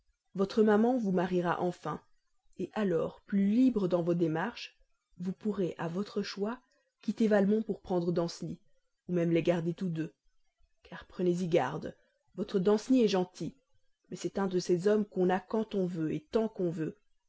votre maman vous mariera enfin alors plus libre dans vos démarches vous pourrez à votre choix quitter valmont pour prendre danceny ou même les garder tous deux car prenez-y garde votre danceny est gentil mais c'est un de ces hommes qu'on a quand on veut tant qu'on veut